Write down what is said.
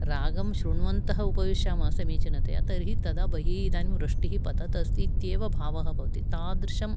रागं श्रुण्वन्तः उपविशामः समीचिनतया तर्हि तदा बहिः वृष्टिः पतदस्तीत्येव भावः भवति तादृशं